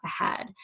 ahead